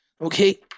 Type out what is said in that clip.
Okay